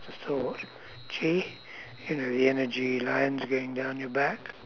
the thought chi you know the energy lines going down your back